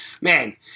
man